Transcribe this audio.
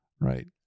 right